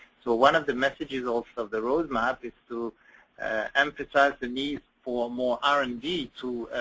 so one of the messages also of the roadmap is to emphasize the need for more r and d to